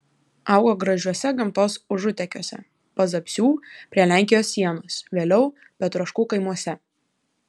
augo gražiuose gamtos užutekiuose pazapsių prie lenkijos sienos vėliau petroškų kaimuose